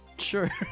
Sure